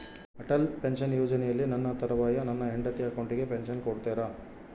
Atal pension ಯೋಜನೆಯಲ್ಲಿ ನನ್ನ ತರುವಾಯ ನನ್ನ ಹೆಂಡತಿ ಅಕೌಂಟಿಗೆ ಪೆನ್ಶನ್ ಕೊಡ್ತೇರಾ?